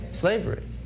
Slavery